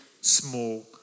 small